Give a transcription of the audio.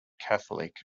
catholic